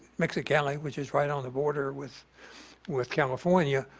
mexicali which is right on the border with with california,